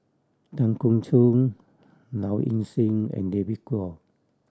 Tan Keong Choon Low Ing Sing and David Kwo